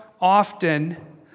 often